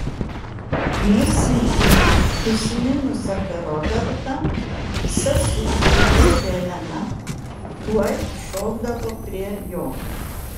ne sykį užsiminus apie robertą sesuo ir ledi elena tuoj šokdavo prie jo